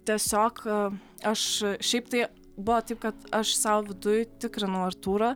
tiesiog aš šiaip tai buvo taip kad aš sau viduj tikrinau artūrą